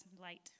light